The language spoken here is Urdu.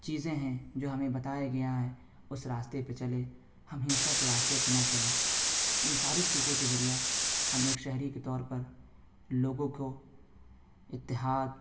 چیزیں ہیں جو ہمیں بتایا گیا ہے اس راستے پہ چلے ہم ہنسا کے راستے پہ نہ چلیں ان ساری چیزوں کے ذریعہ ہم ایک شہری کے طور پر لوگوں کو اتحاد